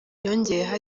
yongeyeho